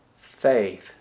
faith